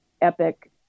Epic